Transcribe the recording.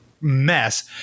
mess